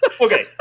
Okay